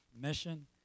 Mission